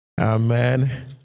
Amen